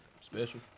special